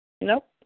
nope